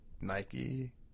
Nike